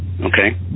Okay